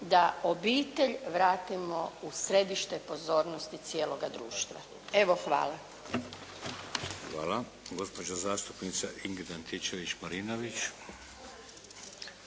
da obitelj vratimo u središte pozornosti cijeloga društva. Evo hvala. **Šeks, Vladimir (HDZ)** Hvala. Gospođa zastupnica Ingrid Antičević-Marinović.